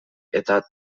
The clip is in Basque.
eta